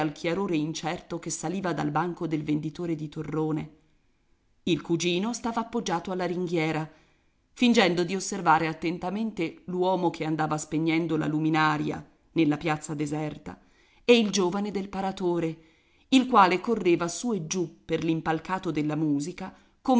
chiarore incerto che saliva dal banco del venditore di torrone il cugino stava appoggiato alla ringhiera fingendo di osservare attentamente l'uomo che andava spegnendo la luminaria nella piazza deserta e il giovane del paratore il quale correva su e giù per l'impalcato della musica